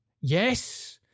yes